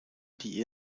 die